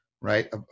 right